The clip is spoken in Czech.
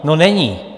No není!